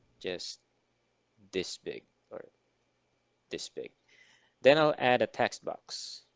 just this big or this big then i'll add a text box